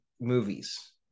movies